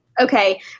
Okay